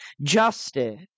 justice